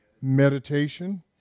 Meditation